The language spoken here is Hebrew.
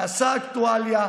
נעשה אקטואליה,